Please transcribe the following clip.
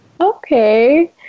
Okay